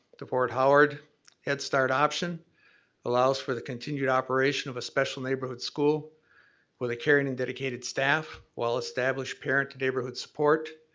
the fort howard headstart option allows for the continued operation of a special neighborhood school with a caring and dedicated staff while established parent to neighborhood support,